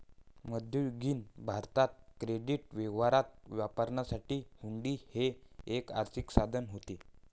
मध्ययुगीन भारतात क्रेडिट व्यवहारात वापरण्यासाठी हुंडी हे एक आर्थिक साधन होते